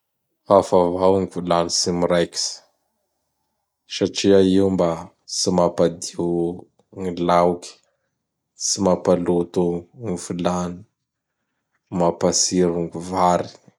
Hafa avao gn vilany tsy miraikitsy satria io mba tsy mapadio gn laoky; tsy mapaloto n vilany, mapatsiro gn vary.